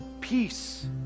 peace